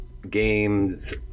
Games